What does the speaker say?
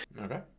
Okay